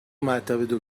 مطب